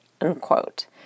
Unquote